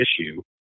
issue